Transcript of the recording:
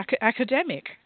academic